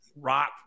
Rock